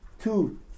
two